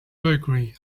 bakery